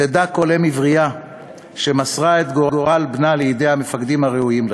תדע כל אם עברייה שמסרה את גורל בנה לידי המפקדים הראויים לכך.